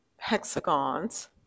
hexagons